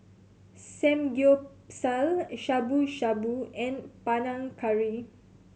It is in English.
Samgeyopsal Shabu Shabu and Panang Curry